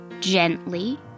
gently